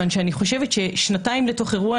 אני חושבת ששנתיים לתוך אירוע,